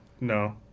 No